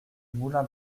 moulin